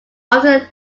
often